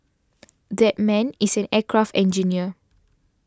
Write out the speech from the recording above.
that man is an aircraft engineer